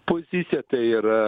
pozicija tai yra